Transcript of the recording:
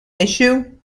issue